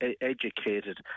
educated